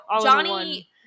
Johnny